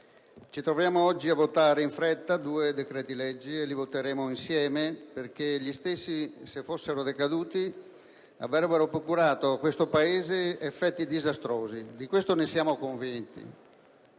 Ci troviamo oggi a votare in fretta due decreti-legge e li voteremo insieme perché gli stessi, se fossero decaduti, avrebbero procurato a questo Paese effetti disastrosi. Di questo siamo convinti.